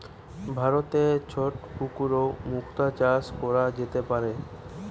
ভারতে ছোট পুকুরেও মুক্তা চাষ কোরা যেতে পারে